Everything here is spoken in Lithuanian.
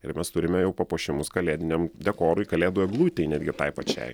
ir mes turime jau papuošimus kalėdiniam dekorui kalėdų eglutei netgi tai pačiai